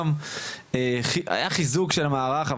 היה חיזוק של המערך,